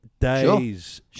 days